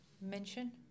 mention